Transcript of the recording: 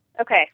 Okay